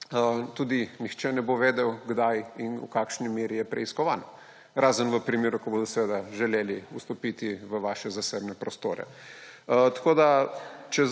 tudi nihče ne bo vedel, kdaj in v kakšni meri je preiskovan; razen v primeru, ko bodo seveda želeli vstopiti v vaše zasebne prostore. Če